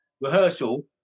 rehearsal